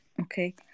okay